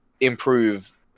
improve